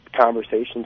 conversations